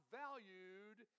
valued